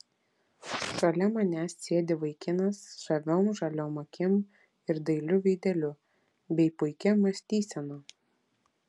šalia manęs sėdi vaikinas žaviom žaliom akim ir dailiu veideliu bei puikia mąstysena